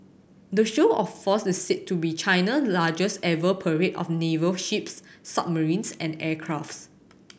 the show of force is said to be China largest ever parade of naval ships submarines and aircrafts